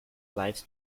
lifes